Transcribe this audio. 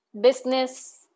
business